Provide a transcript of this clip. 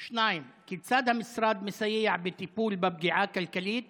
2. כיצד המשרד מסייע בטיפול בפגיעה הכלכלית